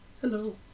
hello